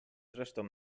zresztą